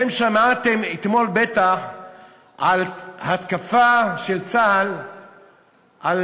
בטח שמעתם אתמול על התקפה של צה"ל על